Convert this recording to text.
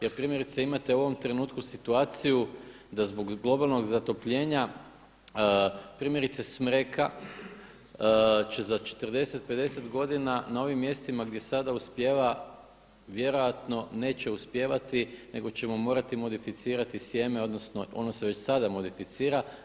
Jer primjerice imate u ovom trenutku situaciju da zbog globalnog zatopljenja primjerice smreka će za 40, 50 godina na ovim mjestima gdje sada uspijeva vjerojatno neće uspijevati, nego ćemo morati modificirati sjeme, odnosno ono se već sada modificira.